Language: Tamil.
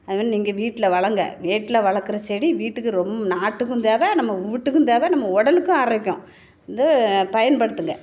அதுமாதிரி நீங்கள் வீட்டில் வளர்ங்க வீட்டில் வளர்க்குற செடி வீட்டுக்கு ரொம் நாட்டுக்கும் தேவை நம்ம வீட்டுக்கும் தேவை நம்ம உடலுக்கும் ஆரோக்கியம் வந்து பயன்படுத்துங்க